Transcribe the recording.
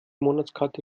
monatskarte